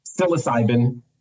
Psilocybin